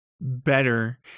better